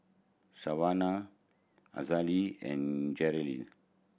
Savanna Hazelle and Jerrell